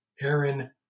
Aaron